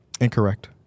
Incorrect